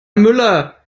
müller